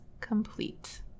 complete